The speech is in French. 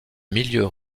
milieu